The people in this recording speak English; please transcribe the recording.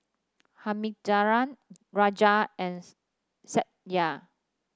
Thamizhavel Raja and Satya